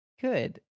Good